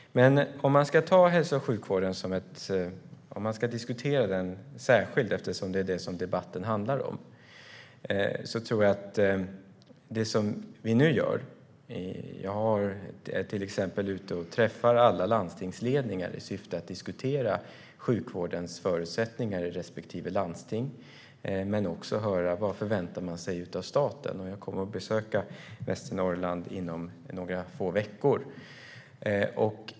Om man ska diskutera hälso och sjukvården särskilt, eftersom det är det som debatten handlar om, tror jag att det vi nu gör är viktigt. Jag är till exempel ute och träffar alla landstingsledningar i syfte att diskutera sjukvårdens förutsättningar i respektive landsting men också för att höra vad de förväntar sig av staten. Jag kommer att besöka Västernorrland inom några få veckor.